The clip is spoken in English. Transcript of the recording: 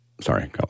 Sorry